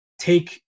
take